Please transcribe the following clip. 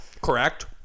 Correct